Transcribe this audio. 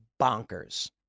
bonkers